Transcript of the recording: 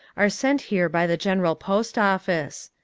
are sent here by the general post office.